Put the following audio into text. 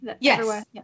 Yes